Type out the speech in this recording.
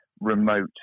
remote